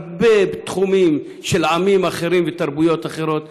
הרבה תחומים של עמים אחרים ותרבויות אחרות,